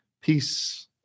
peace